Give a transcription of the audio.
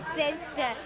sister